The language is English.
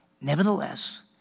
Nevertheless